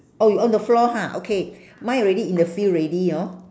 oh you on the floor ha okay mine already in the field already hor